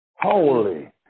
Holy